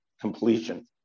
completion